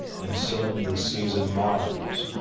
and some the season mars,